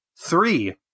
Three